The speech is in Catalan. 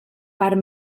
part